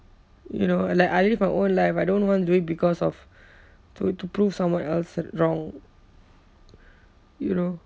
you know like I live my own life I don't want to do it because of to to prove someone else wrong you know